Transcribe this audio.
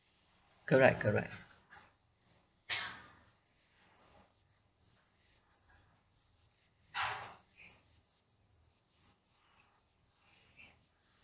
correct correct